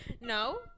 No